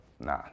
nah